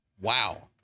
wow